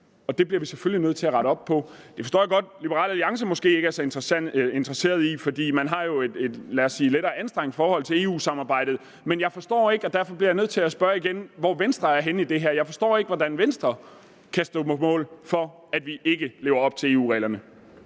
og det bliver vi selvfølgelig nødt til at rette op på. Det forstår jeg godt at Liberal Alliance måske ikke er så interesseret i, for man har jo et, lad os sige, lettere anstrengt forhold til EU-samarbejdet, men jeg forstår ikke, hvor Venstre er henne i det her, og derfor bliver jeg nødt til at spørge om det igen. Jeg forstår ikke, hvordan Venstre kan stå på mål for, at vi ikke lever op til EU-reglerne.